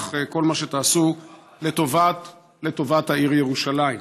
על כל מה שתעשו לטובת העיר ירושלים.